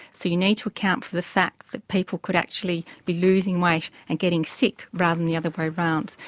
so you need to account for the fact that people could actually be losing weight and getting sick rather than the other way round.